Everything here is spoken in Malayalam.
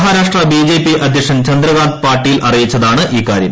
മഹാരാഷ്ട്ര ബിജെപി അദ്ധ്യക്ഷൻ ചന്ദ്രകാന്ത് പാട്ടീൽ അറിയിച്ചതാണ് ഇക്കാര്യം